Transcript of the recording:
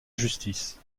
justice